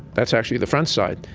that's actually the frontside.